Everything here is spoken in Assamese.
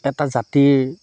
এটা জাতিৰ